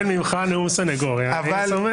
לקבל ממך נאום סנגוריה אני שמח.